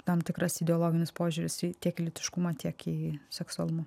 tam tikras ideologinis požiūris į tiek lytiškumą tiek į seksualumą